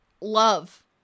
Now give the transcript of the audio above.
love